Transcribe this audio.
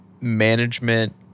management